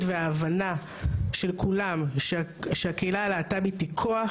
וההבנה של כולם שהקהילה הלהט"בית היא כוח,